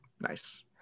Nice